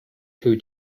two